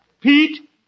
Pete